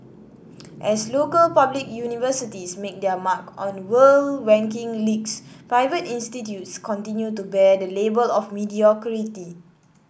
as local public universities make their mark on world ranking leagues private institutes continue to bear the label of mediocrity